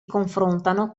confrontano